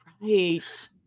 right